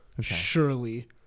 Surely